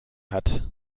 hat